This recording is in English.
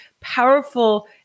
powerful